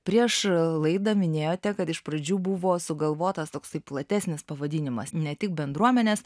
prieš laidą minėjote kad iš pradžių buvo sugalvotas toksai platesnis pavadinimas ne tik bendruomenės